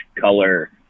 color